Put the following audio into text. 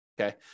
okay